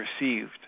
received